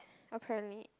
apparently